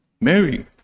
Mary